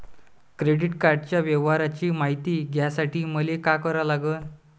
Credit कार्डाच्या व्यवहाराची मायती घ्यासाठी मले का करा लागन?